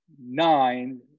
nine